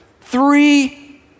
three